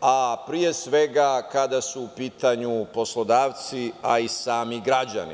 a pre svega, kada su u pitanju poslodavci, a i sami građani.